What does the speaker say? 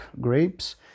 grapes